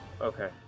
okay